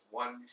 one